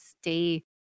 stay